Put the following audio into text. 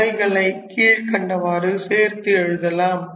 இவைகளை கீழ்கண்டவாறு சேர்த்து எழுதலாம்